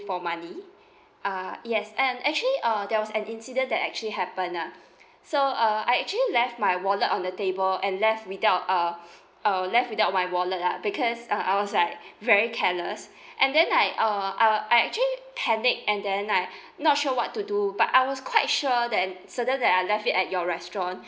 for money uh yes and actually uh there was an incident that actually happened ah so uh I actually left my wallet on the table and left without uh uh left without my wallet lah because uh I was like very careless and then I uh uh I actually panic and then I not sure what to do but I was quite sure that certain that I left it at your restaurant